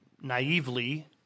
naively